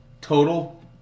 Total